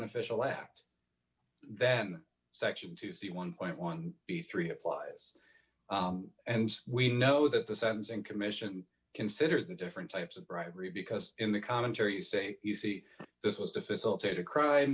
official act then section two see one point one b three applies and we know that the sentencing commission consider the different types of bribery because in the commentary you say you see this was difficulty to crime